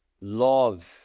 love